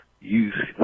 use